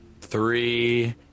Three